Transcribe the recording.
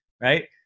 right